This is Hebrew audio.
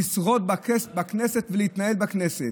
לשרוד בכנסת ולהתנהל בכנסת.